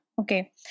okay